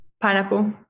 Pineapple